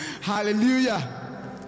Hallelujah